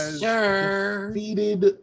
defeated